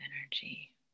energy